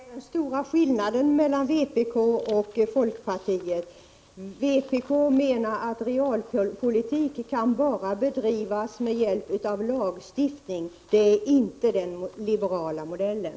Herr talman! Det är den stora skillnaden mellan vpk och folkpartiet: Vpk menar att realpolitik bara kan bedrivas med hjälp av lagstiftning. Det är inte den liberala modellen.